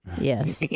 Yes